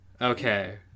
Okay